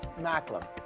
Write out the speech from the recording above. Macklem